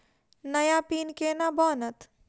नया पिन केना बनत?